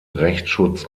rechtsschutz